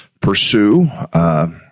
pursue